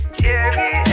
Cherry